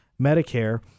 Medicare